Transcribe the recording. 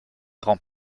rend